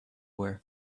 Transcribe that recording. wear